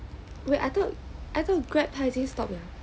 I though Grab 他已经 stop liao